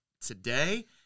today